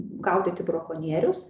gaudyti brakonierius